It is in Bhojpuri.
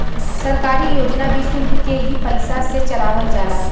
सरकारी योजना भी सुल्क के ही पइसा से चलावल जाला